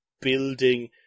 building